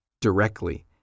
directly